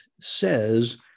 says